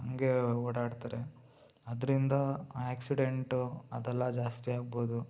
ಹಂಗೇ ಓಡಾಡ್ತಾರೆ ಅದರಿಂದ ಆ್ಯಕ್ಸಿಡೆಂಟು ಅದೆಲ್ಲ ಜಾಸ್ತಿಯಾಗ್ಬೋದು